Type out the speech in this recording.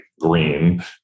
green